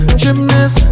gymnast